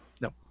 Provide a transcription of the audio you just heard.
No